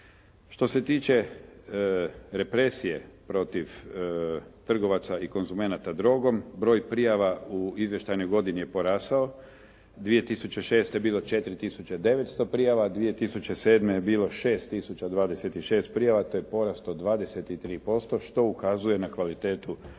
Što se tiče represije protiv trgovaca i konzumenata drogom broj prijava u izvještajnoj godini je porastao. 2006. je bilo 4 tisuće 900 prijava, 2007. je bilo 6 tisuća 26 prijava, to je porast od 23% što ukazuje na kvalitetu rada